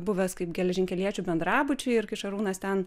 buvęs kaip geležinkeliečių bendrabučiai ir kai šarūnas ten